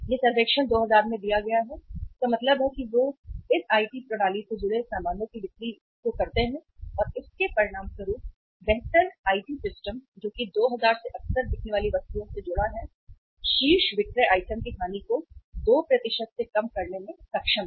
यह सर्वेक्षण २००० में दिया गया है इसका मतलब है कि वे इस आईटी प्रणाली से जुड़े सामानों की बिक्री करते हैं और इसके परिणामस्वरूप बेहतर आईटी सिस्टम जो कि २००० से अक्सर बिकने वाली वस्तुओं से जुड़ा होता है शीर्ष विक्रय आइटम की हानि को 2 से कम करने में सक्षम हैं